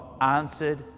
answered